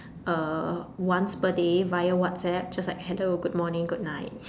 uh once per day via WhatsApp just like hello good morning good night